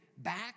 Back